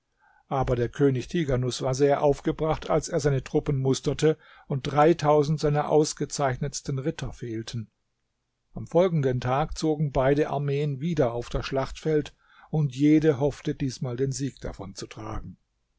aber der könig tighanus war sehr aufgebracht als er seine truppen musterte und dreitausend seiner ausgezeichnetsten ritter fehlten am folgenden tag zogen beide armeen wieder auf das schlachtfeld und jede hoffte diesmal den sieg davonzutragen